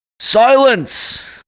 Silence